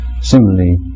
Similarly